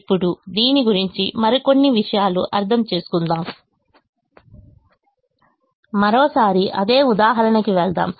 ఇప్పుడు దీని గురించి మరికొన్ని విషయాలు అర్థం చేసుకుందాం మరోసారి అదే ఉదాహరణకి వెళ్దాం